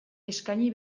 eskaini